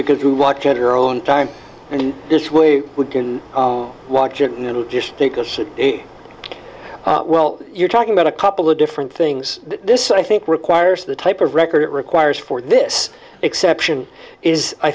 because we want to read your own time and this way we can watch it and it'll just take us a well you're talking about a couple of different things this i think requires the type of record it requires for this exception is i